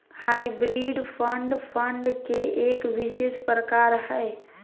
hybrid fund, fund के एक विशेष प्रकार हय